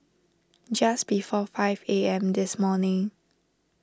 just before five A M this morning